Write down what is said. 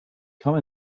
come